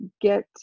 get